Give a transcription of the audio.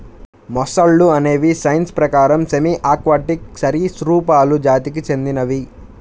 మొసళ్ళు అనేవి సైన్స్ ప్రకారం సెమీ ఆక్వాటిక్ సరీసృపాలు జాతికి చెందినవి